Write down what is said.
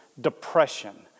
depression